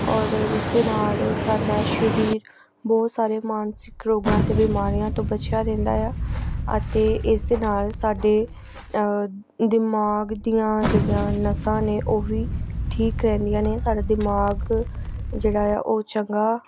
ਔਰ ਜਿਸਦੇ ਨਾਲ ਸਾਡਾ ਸਰੀਰ ਬਹੁਤ ਸਾਰੇ ਮਾਨਸਿਕ ਰੋਗਾਂ ਅਤੇ ਬਿਮਾਰੀਆਂ ਤੋਂ ਬਚਿਆ ਰਹਿੰਦਾ ਆ ਅਤੇ ਇਸ ਦੇ ਨਾਲ ਸਾਡੇ ਦਿਮਾਗ ਦੀਆਂ ਜਿਹੜੀਆਂ ਨਸਾਂ ਨੇ ਉਹ ਵੀ ਠੀਕ ਰਹਿੰਦੀਆਂ ਨੇ ਸਾਡੇ ਦਿਮਾਗ ਜਿਹੜਾ ਆ ਉਹ ਚੰਗਾ